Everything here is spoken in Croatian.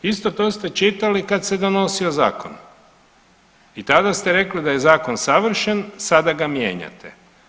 Isto to ste čitali kad se donosio zakon i tada ste rekli da je zakon savršen, sada ga mijenjate.